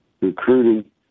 recruiting